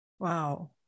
Wow